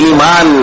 Iman